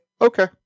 okay